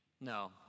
no